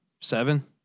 seven